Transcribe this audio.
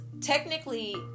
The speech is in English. technically